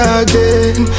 again